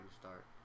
start